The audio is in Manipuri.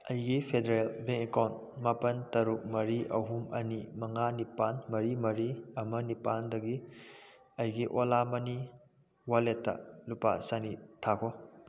ꯑꯩꯒꯤ ꯐꯦꯗꯔꯦꯜ ꯕꯦꯡ ꯑꯦꯀꯥꯎꯟ ꯃꯥꯄꯜ ꯇꯔꯨꯛ ꯃꯔꯤ ꯑꯍꯨꯝ ꯑꯅꯤ ꯃꯉꯥ ꯅꯤꯄꯥꯜ ꯃꯔꯤ ꯃꯔꯤ ꯑꯃ ꯅꯤꯄꯥꯜꯗꯒꯤ ꯑꯩꯒꯤ ꯑꯣꯂꯥ ꯃꯅꯤ ꯋꯥꯂꯦꯠꯇ ꯂꯨꯄꯥ ꯆꯅꯤ ꯊꯥꯈꯣ